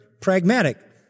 pragmatic